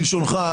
כלשונך,